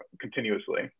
continuously